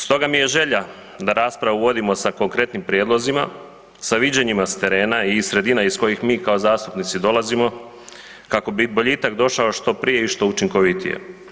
Stoga mi je želja da raspravu vodimo sa konkretnim prijedlozima, sa viđenjima s terena i sredina iz kojih mi kao zastupnici dolazimo, kako bi boljitak došao što prije i što učinkovitije.